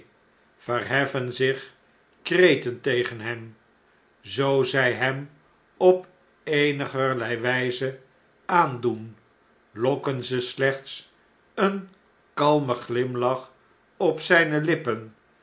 verheffen zich kreten tegen hem zoo zg hem op eenigerlei wfjze aandoen lokken ze slechts een kalmen glimlach op zjjne lippen